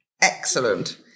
Excellent